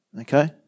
Okay